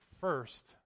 first